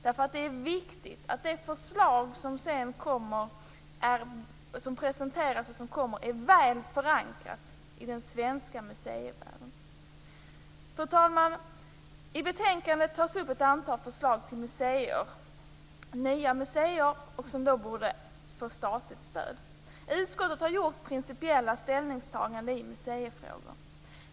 Det är viktigt att det förslag som så småningom presenteras är väl förankrat i museivärlden. [6~Fru talman! I betänkandet behandlas ett antal förslag till nya museer som borde få ett statligt stöd. Utskottet har gjort principiella ställningstaganden i museifrågor.